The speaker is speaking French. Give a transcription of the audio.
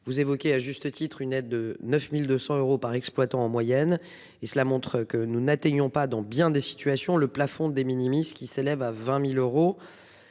vous évoquez à juste titre une aide de 9200 euros par exploitant en moyenne et cela montre que nous n'atteignons pas dans bien des situations. Le plafond des minimise qui s'élève à 20.000 euros.